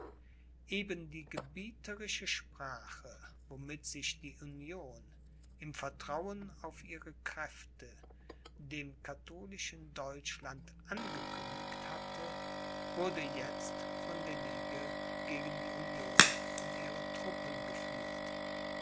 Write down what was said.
eben die gebieterische sprache womit sich die union im vertrauen auf ihre kräfte dem katholischen deutschland angekündigt hatte wurde jetzt von der ligue gegen die union und ihre truppen geführt